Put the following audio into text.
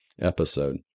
episode